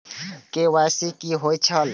KYC कि होई छल?